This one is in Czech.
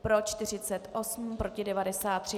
Pro 48, proti 93.